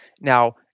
Now